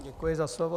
Děkuji za slovo.